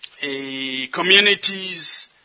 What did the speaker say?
communities